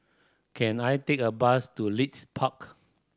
can I take a bus to Leith Park